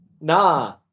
nah